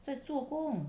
在做工